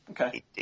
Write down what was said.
...okay